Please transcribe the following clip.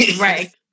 Right